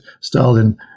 Stalin